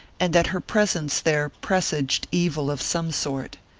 and that her presence there presaged evil of some sort.